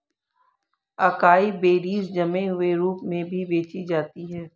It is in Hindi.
अकाई बेरीज जमे हुए रूप में भी बेची जाती हैं